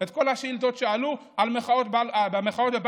את כל השאילתות שעלו על מחאות בבלפור,